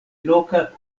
loka